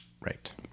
Right